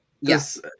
Yes